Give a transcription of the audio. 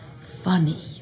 funny